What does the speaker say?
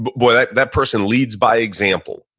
but but that person leads by example.